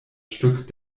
stück